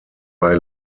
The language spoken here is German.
bei